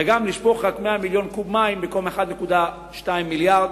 וגם לשפוך רק 100 מיליון מים במקום 1.2 מיליארד.